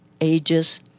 ages